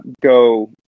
go